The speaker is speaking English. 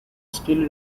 still